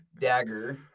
dagger